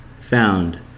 Found